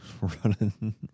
running